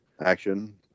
action